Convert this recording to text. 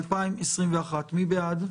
מי בעד?